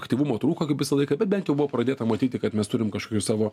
aktyvumo trūko kaip visą laiką bet bent jau buvo pradėta matyti kad mes turim kažkokių savo